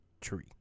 tree